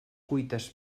cuites